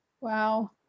Wow